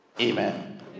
Amen